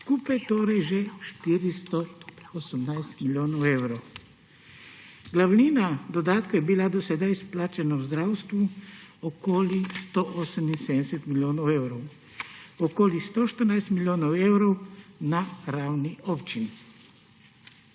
Skupaj torej že 418 milijonov evrov. Glavnina dodatka je bila do sedaj izplačana zdravstvu okoli 178 milijonov evrov, okoli 114 milijonov evrov na ravni občin.